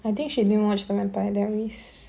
I think she didn't watch the vampire diaries